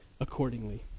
accordingly